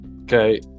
Okay